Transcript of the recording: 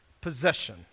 possession